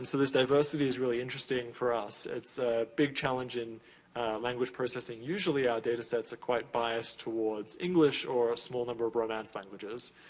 so this diversity is really interesting for us. it's a big challenge in language processing. usually our data sets are quite biased towards english or a small number of romance languages.